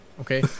Okay